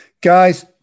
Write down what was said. Guys